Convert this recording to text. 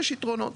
יש יתרונות.